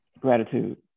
gratitude